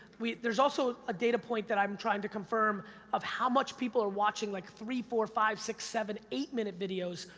there's also a data point that i'm trying to confirm of how much people are watching like three, four, five, six, seven, eight minute videos,